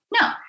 No